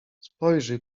spojrzyj